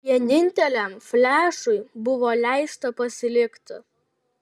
vieninteliam flešui buvo leista pasilikti